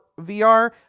VR –